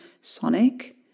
Sonic